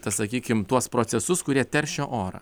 tas sakykim tuos procesus kurie teršia orą